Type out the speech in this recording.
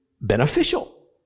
beneficial